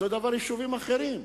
אותו דבר ביישובים אחרים,